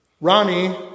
Ronnie